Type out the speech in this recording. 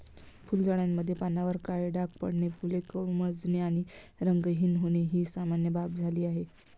फुलझाडांमध्ये पानांवर काळे डाग पडणे, फुले कोमेजणे आणि रंगहीन होणे ही सामान्य बाब झाली आहे